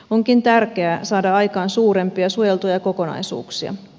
onkin tärkeää saada aikaan suurempia suojeltuja kokonaisuuksia